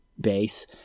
base